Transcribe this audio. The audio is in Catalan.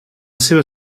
seva